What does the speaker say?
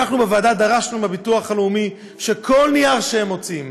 אנחנו בוועדה דרשנו מהביטוח הלאומי שכל נייר שהם מוציאים